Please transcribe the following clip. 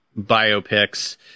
biopics